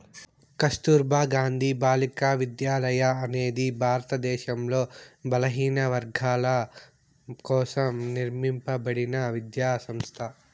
కస్తుర్బా గాంధీ బాలికా విద్యాలయ అనేది భారతదేశంలో బలహీనవర్గాల కోసం నిర్మింపబడిన విద్యా సంస్థ